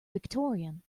victorian